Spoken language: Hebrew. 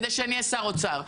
כדי שאני אהיה שר האוצר.